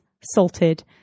salted